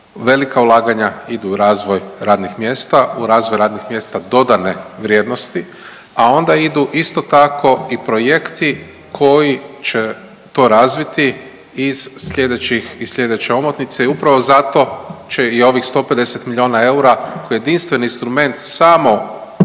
velika ulaganja idu u razvoj radnih mjesta, u razvoj radnih mjesta dodane vrijednosti, a onda idu isto tako i projekti koji će to razviti iz sljedeće omotnice i upravo zato će i ovih 150 milijuna eura koje jedinstveni instrument samo, jedini